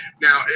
Now